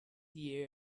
the